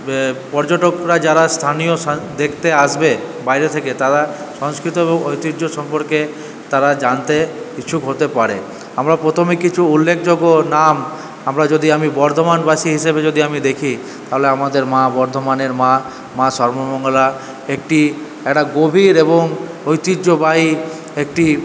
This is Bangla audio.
পর্যটকরা যারা স্থানীয় দেখতে আসবে বাইরে থেকে তারা সংস্কৃত এবং ঐতিহ্য সম্পর্কে তারা জানতে ইচ্ছুক হতে পারে আমরা প্রথমে কিছু উল্লেখযোগ্য নাম আমরা যদি আমি বর্ধমানবাসী হিসেবে যদি আমি দেখি তাহলে আমাদের মা বর্ধমানের মা মা সর্বমঙ্গলা একটি একটা গভীর এবং ঐতিহ্যবাহী একটি